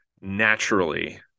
naturally